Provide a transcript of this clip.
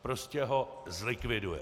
Prostě ho zlikviduje.